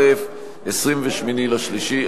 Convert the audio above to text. יחימוביץ כממלאת-מקום קבועה.